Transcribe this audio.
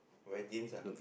wear jeans ah